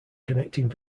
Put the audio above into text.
connecting